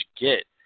get